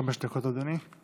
חמש דקות, אדוני.